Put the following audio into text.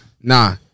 nah